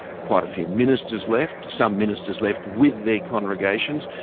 quite a few ministers left, some ministers left with their congregations,